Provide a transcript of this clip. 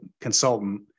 consultant